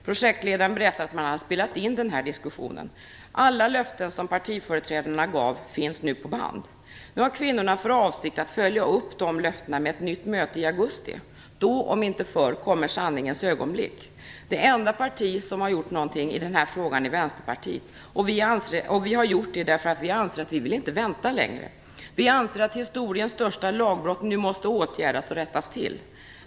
Projektledaren berättade att man hade spelat in den här diskussionen. Alla löften som partiföreträdarna gav finns nu på band. Nu har kvinnorna för avsikt att följa upp de löftena med ett nytt möte i augusti. Då om inte förr kommer sanningens ögonblick. Det enda parti som har gjort någonting i den här frågan är Vänsterpartiet. Vi har gjort det därför att vi anser att vi inte vill vänta längre. Vi anser att historiens största lagbrott nu måste åtgärdas och rättas till.